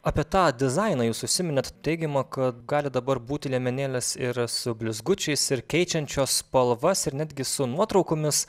apie tą dizainą jūs užsiminėt teigiama kad gali dabar būti liemenėlės ir su blizgučiais ir keičiančios spalvas ir netgi su nuotraukomis